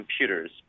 computers